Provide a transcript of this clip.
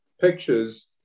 pictures